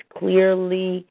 clearly